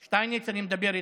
שטייניץ, אני מדבר איתך.